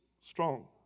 strong